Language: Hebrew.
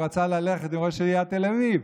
הוא רצה ללכת עם ראש עיריית תל אביב,